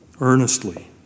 earnestly